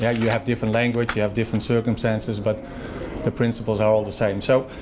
yeah you have different language, you have different circumstances, but the principles are all the same. so,